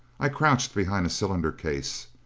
i crouched behind a cylinder case.